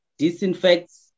disinfects